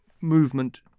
movement